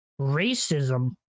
racism